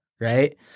right